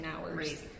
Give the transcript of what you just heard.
hours